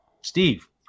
Steve